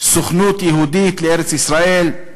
והסוכנות היהודית לארץ-ישראל.